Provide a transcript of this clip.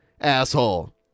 Asshole